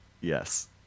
yes